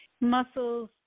muscles